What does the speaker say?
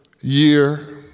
year